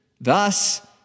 thus